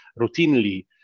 routinely